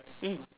mm